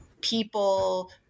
people